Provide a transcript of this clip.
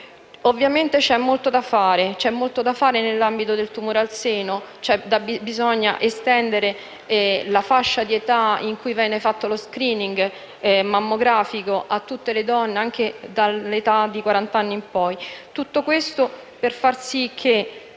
Ovviamente c'è ancora molto da fare nell'ambito del tumore al seno, bisogna estendere la fascia di età in cui viene effettuato lo *screening* mammografico a tutte le donne, dall'età di 40 anni in poi. Tutto ciò per far sì che